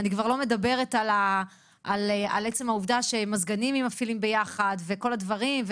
אני כבר לא מדברת על עצם העובדה שמזגנים אם מפעילים ביחד וכל הדברים,